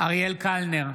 אריאל קלנר,